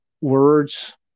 words